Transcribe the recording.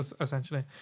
essentially